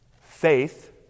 faith